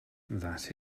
that